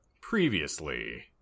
previously